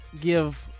give